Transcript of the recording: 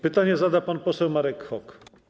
Pytanie zada pan poseł Marek Hok.